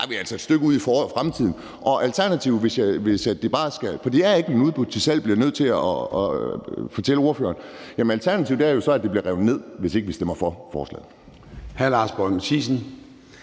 er vi altså et stykke ude i fremtiden. Og det er ikke blevet udbudt til salg, bliver jeg nødt til at fortælle ordføreren, så alternativet er jo, at det bliver revet ned, hvis ikke vi stemmer for forslaget.